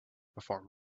perform